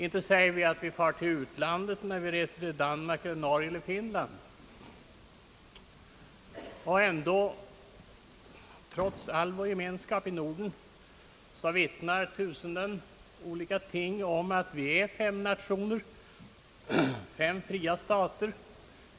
Inte säger vi att vi far utomlands när vi reser till Danmark, Norge eller Finland. Och ändå: trots all vår gemenskap i Norden vittnar tusenden av olika ting om att vi är fem nationer, fem fria stater